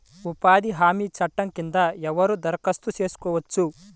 ఉపాధి హామీ చట్టం కింద ఎవరు దరఖాస్తు చేసుకోవచ్చు?